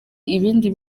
ibindi